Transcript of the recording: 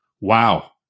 wow